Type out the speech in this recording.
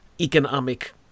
economic